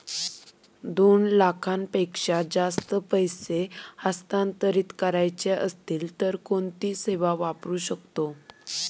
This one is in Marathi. दोन लाखांपेक्षा जास्त पैसे हस्तांतरित करायचे असतील तर कोणती सेवा वापरू शकतो?